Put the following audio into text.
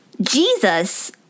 Jesus